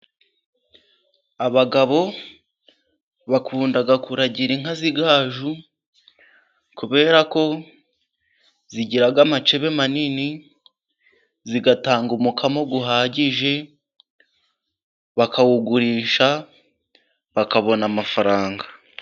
Abagabo bakunda kuragira inka z'igaju kubera ko zigira amacebe manini zigatanga umukamo uhagije bakawugurisha bakabona amafaranga.